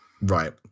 Right